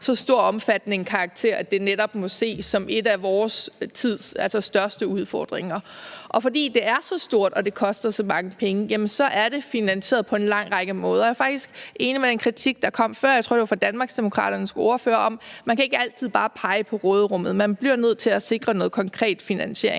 så stor og omfattende en karakter, at det netop må ses som en af vores tids største udfordringer. Og fordi det er så stort og det koster så mange penge, er det finansieret på en lang række måder. Jeg er faktisk enig med den kritik, der kom før – jeg tror, det var fra Danmarksdemokraternes ordfører – om, at man ikke altid bare kan pege på råderummet; man bliver nødt til at sikre noget konkret finansiering.